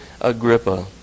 Agrippa